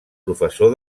professor